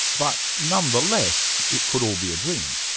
but nonetheless it could all be a dream.